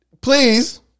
Please